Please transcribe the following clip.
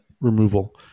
removal